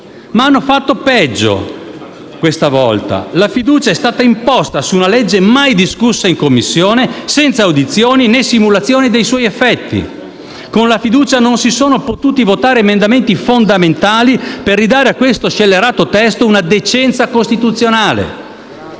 hanno fatto peggio: la fiducia è stata imposta su una legge mai discussa in Commissione, senza audizioni né simulazione dei suoi effetti. Con la fiducia non si sono potuti votare emendamenti fondamentali per restituire a questo scellerato testo una decenza costituzionale.